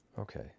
Okay